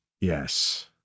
Yes